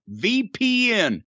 VPN